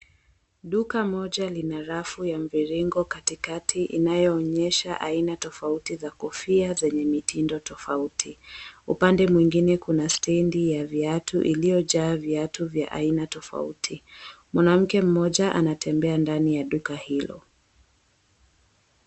Duka moja lina rafu ya mviringo katikati inayoonyesha aina tofauti za kofia zenye mitindo tofauti. Upande mwingine kuna stand ya viatu iliyojaa viatu vya aina tofauti. Mwanamke mmoja anatembea ndani ya duka hilo.